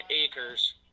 acres